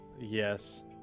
Yes